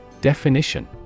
Definition